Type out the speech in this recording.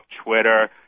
Twitter